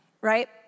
right